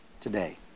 today